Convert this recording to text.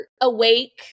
awake